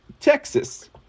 Texas